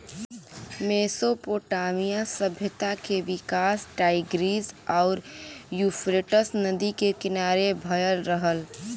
Mesopotamia सभ्यता के विकास टाईग्रीस आउर यूफ्रेटस नदी के किनारे भयल रहल